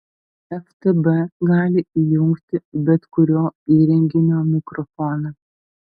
ftb gali įjungti bet kurio įrenginio mikrofoną